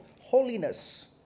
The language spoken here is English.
holiness